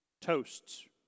toasts